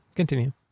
continue